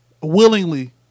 willingly